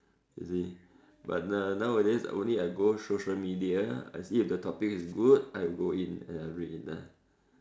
you see but uh now nowadays only I go social media I see if the topic is good I go in and I read it lah